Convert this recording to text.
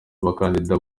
abakandida